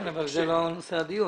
כן, אבל זה לא נושא הדיון.